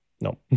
No